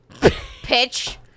Pitch